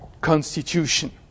constitution